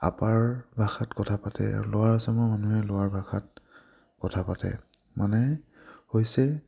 upper ভাষাত কথা পাতে আৰু ল'ৱাৰ আচামৰ মানুহে ল'ৱাৰ ভাষাত কথা পাতে মানে হৈছে